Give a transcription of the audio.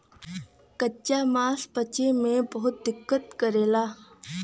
कच्चा मांस पचे में बहुत दिक्कत करेला